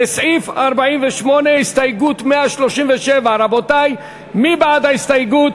לסעיף 48, הסתייגות 137, רבותי, מי בעד ההסתייגות?